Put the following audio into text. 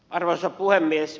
arvoisa puhemies